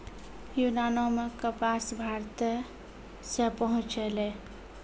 यूनानो मे कपास भारते से पहुँचलै